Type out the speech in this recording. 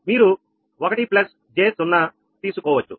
మీరు1 j 0 తీసుకోవచ్చు